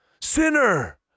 Sinner